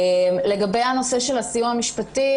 לגבי הנושא של הסיוע המשפטי,